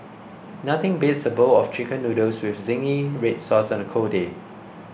nothing beats a bowl of Chicken Noodles with Zingy Red Sauce on a cold day